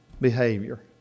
behavior